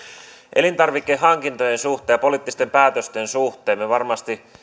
elintarvikehankintojen suhteen ja poliittisten päätösten suhteen me varmasti